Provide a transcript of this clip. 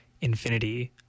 Infinity